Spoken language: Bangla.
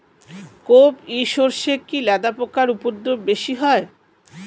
কোপ ই সরষে কি লেদা পোকার উপদ্রব বেশি হয়?